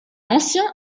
ancien